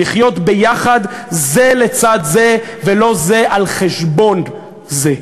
לחיות ביחד זה לצד זה ולא זה על חשבון זה.